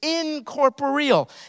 incorporeal